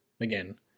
again